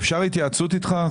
אפשר התייעצות איתך?